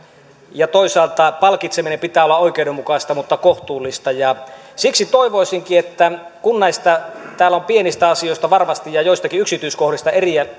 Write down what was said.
ja toisaalta palkitsemisen pitää olla oikeudenmukaista mutta kohtuullista siksi toivoisinkin kun täällä on pienistä asioista varmasti ja joistakin yksityiskohdista erilaisia